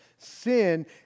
sin